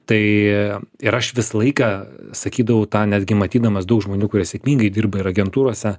tai ir aš visą laiką sakydavau tą netgi matydamas daug žmonių kurie sėkmingai dirba ir agentūrose